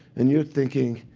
and you're thinking,